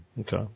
Okay